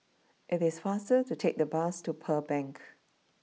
it is faster to take the bus to Pearl Bank